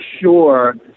sure